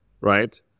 right